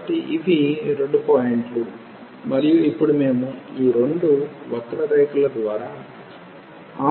కాబట్టి ఇవి రెండు పాయింట్లు మరియు ఇప్పుడు మేము ఈ రెండు వక్ర రేఖల ద్వారా